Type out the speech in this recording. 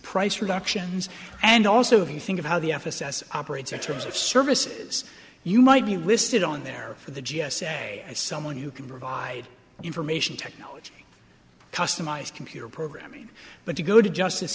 price reductions and also if you think of how the f s s operates in terms of services you might be listed on there for the g s a as someone who can provide information technology customized computer programming but to go to justice